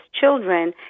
children